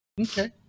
okay